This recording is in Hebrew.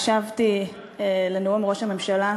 הקשבתי לנאום ראש הממשלה,